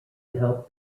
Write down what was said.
help